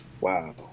wow